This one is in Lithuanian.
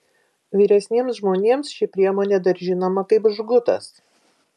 vyresniems žmonėms ši priemonė dar žinoma kaip žgutas